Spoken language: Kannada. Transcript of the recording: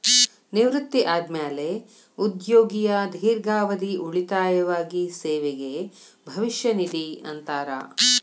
ನಿವೃತ್ತಿ ಆದ್ಮ್ಯಾಲೆ ಉದ್ಯೋಗಿಯ ದೇರ್ಘಾವಧಿ ಉಳಿತಾಯವಾಗಿ ಸೇವೆಗೆ ಭವಿಷ್ಯ ನಿಧಿ ಅಂತಾರ